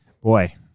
Boy